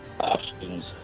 options